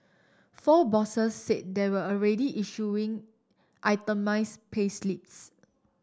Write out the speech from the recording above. four bosses said they were already issuing itemised payslips